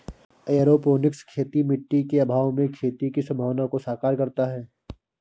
aeroponics खेती मिट्टी के अभाव में खेती की संभावना को साकार करता है